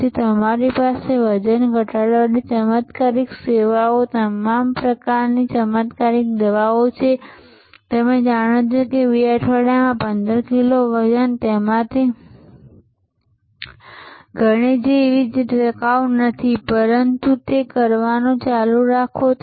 તેથી તમારી પાસે વજન ઘટાડવાની ચમત્કારિક સેવાઓ માટે તમામ પ્રકારની ચમત્કારિક દવાઓ છે જે તમે જાણો છો કે 2 અઠવાડિયામાં 15 કિલો વજન અને તેમાંથી ઘણી એવી છે જે ટકાઉ નથી પરંતુ તે કરવાનું ચાલુ રાખો